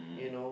you know